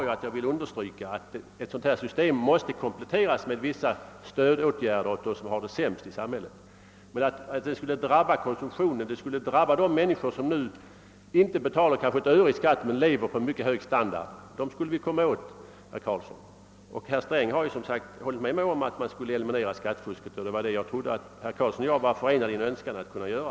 Men jag underströk tidigare att ett sådant system måste kompletteras med vissa stödåtgärder åt dem i samhället som har det sämst. Den indirekta beskattningen drabbar konsumtionen, vilket betyder att man då kan komma åt de människor som nu lever på en mycket hög standard men ändå inte betalar ett öre i skatt. De människorna skulle vi komma åt, herr Karlsson! Finansminister Sträng har också hållit med mig om att en övergång till indirekt beskattning i stort sett skulle eliminera skattefusket, och det trodde jag att herr Karlsson och jag var förenade i en önskan att kunna göra.